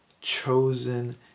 chosen